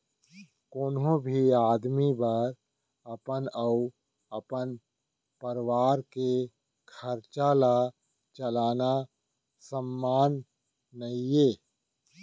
कोनो भी आदमी बर अपन अउ अपन परवार के खरचा ल चलाना सम्मान नइये